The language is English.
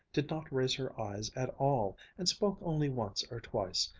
did not raise her eyes at all, and spoke only once or twice,